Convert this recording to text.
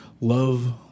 love